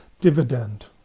dividend